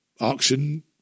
auction